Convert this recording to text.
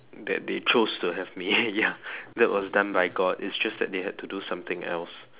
that they chose to have me ya that was done by god it's just that they had to do something else